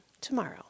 tomorrow